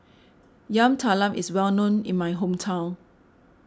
Yam Talam is well known in my hometown